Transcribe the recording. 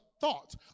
thought